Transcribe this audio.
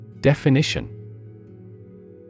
Definition